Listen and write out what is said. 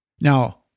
Now